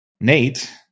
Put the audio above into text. Nate